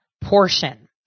portion